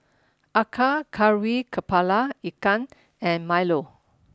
Acar Kari Kepala Ikan and Milo